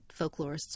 folklorists